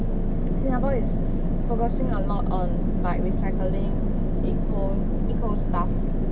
singapore is focusing a lot on like recycling E_C_O E_C_O stuff